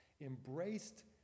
embraced